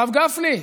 הרב גפני,